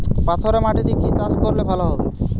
পাথরে মাটিতে কি চাষ করলে ভালো হবে?